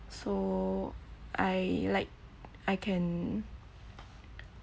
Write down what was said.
so I like I can